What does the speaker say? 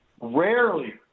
rarely